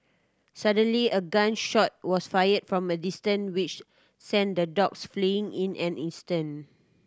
suddenly a gun shot was fired from a distance which sent the dogs fleeing in an instant